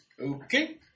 Okay